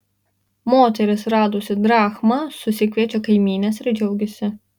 moteris radusi drachmą susikviečia kaimynes ir džiaugiasi